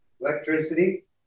Electricity